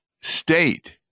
state